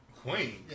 Queen